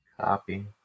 Copy